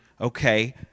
okay